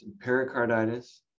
pericarditis